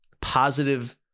positive